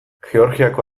georgiako